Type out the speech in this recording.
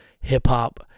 hip-hop